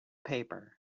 paper